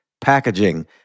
packaging